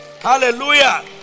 Hallelujah